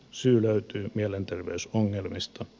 syy löytyy mielenterveysongelmista